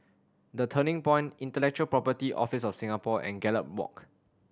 The Turning Point Intellectual Property Office of Singapore and Gallop Walk